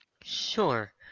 Sure